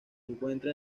encuentra